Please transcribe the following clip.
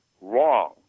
wrong